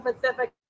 Pacific